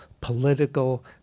political